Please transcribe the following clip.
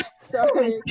Sorry